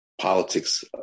politics